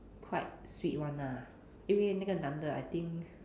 quite sweet [one] ah 因为那个男的 I think